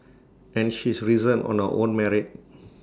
and she's risen on her own merit